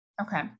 Okay